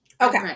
Okay